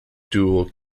dual